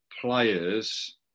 players